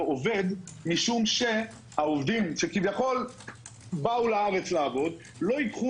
עובד משום שהעובדים שכביכול באו לארץ לעבוד לא ייקחו